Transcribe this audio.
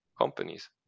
companies